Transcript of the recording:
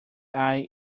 eye